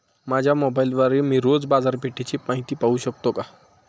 माझ्या मोबाइलद्वारे मी रोज बाजारपेठेची माहिती पाहू शकतो का?